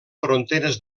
fronteres